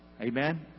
Amen